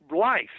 life